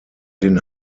den